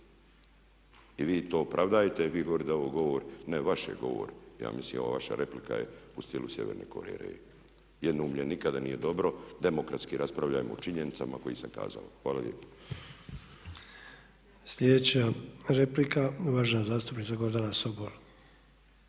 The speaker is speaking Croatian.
I vi to opravdajte, vi govorite da je ovo govor, ne vaš je govor ja mislim ova vaša replika je u stilu Sjeverne Koreje. Jednoumlje nikada nije dobro. Demokratski raspravljajmo o činjenicama koje sam kazao. Hvala lijepo. **Sanader, Ante (HDZ)** Sljedeća replika, uvažena zastupnica Gordana Sobol.